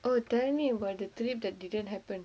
oh did I tell you about the trip that didn't happen